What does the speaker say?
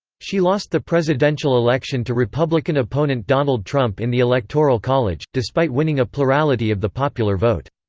she lost the presidential election to republican opponent donald trump in the electoral college, despite winning a plurality of the popular vote.